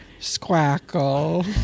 squackle